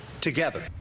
together